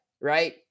right